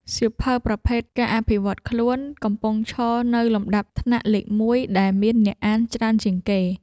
សៀវភៅប្រភេទ ការអភិវឌ្ឍខ្លួន កំពុងឈរនៅលំដាប់ថ្នាក់លេខមួយដែលមានអ្នកអានច្រើនជាងគេ។